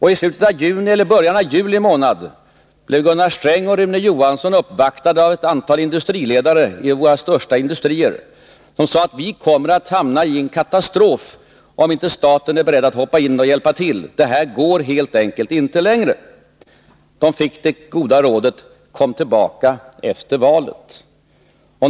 I slutet av juni eller i början av juli blev Gunnar Sträng och Rune Johansson uppvaktade av ett antal industriledare för våra största industrier som sade: ”Vi kommer att hamnai en katastrof om inte staten är beredd att hoppa in och hjälpa till. Det här går helt enkelt inte längre.” De fick det goda rådet: Kom tillbaka efter valet!